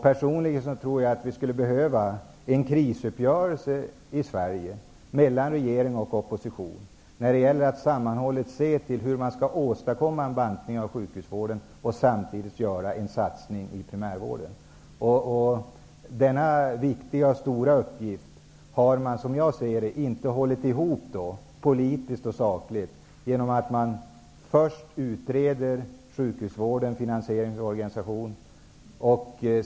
Personligen tror jag att det i Sverige behövs en krisuppgörelse mellan regering och opposition när det gäller att sammanhållet se till hur en bantning av sjukhusvården kan åstadkommas samtidigt som en satsning på primärvården görs. I fråga om denna viktiga och stora uppgift har man inte, som jag ser saken, hållit ihop det hela politiskt och sakligt. Först utreder man ju sjukhusvårdens finansiering och organisation.